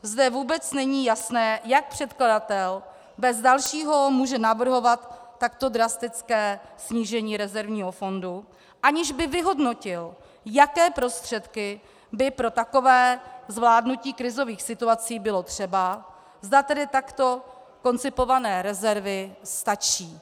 zde vůbec není jasné, jak předkladatel bez dalšího může navrhovat takto drastické snížení rezervního fondu, aniž by vyhodnotil, jaké prostředky by pro takové zvládnutí krizových situací bylo třeba, zda tedy takto koncipované rezervy stačí.